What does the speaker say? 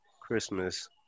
Christmas